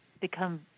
become